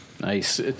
Nice